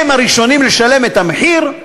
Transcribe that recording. הם הראשונים לשלם את המחיר,